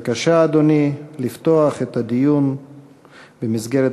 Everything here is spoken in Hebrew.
התשע"ד 2013, לדיון מוקדם בוועדת